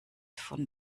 von